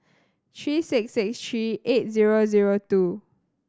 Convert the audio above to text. three six six three eight zero zero two